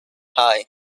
high